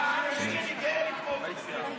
טרוריסטים.